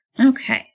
Okay